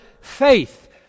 faith